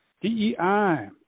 DEI